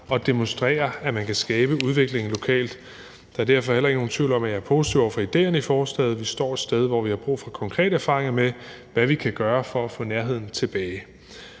og demonstrere, at man kan skabe udvikling lokalt. Der er derfor heller ikke nogen tvivl om, at jeg er positiv over for idéerne i forslaget. Vi står et sted, hvor vi har brug for konkrete erfaringer med, hvad vi kan gøre for at få nærheden tilbage.